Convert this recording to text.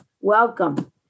Welcome